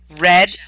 red